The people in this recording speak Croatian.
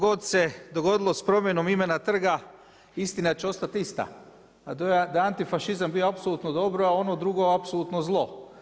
Što god se dogodilo s promjenom imena trga istina će ostati ista, a to je da je antifašizam bio apsolutno dobro, a ono drugo apsolutno zlo.